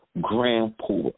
Grandpa